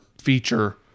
feature